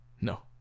No